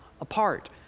apart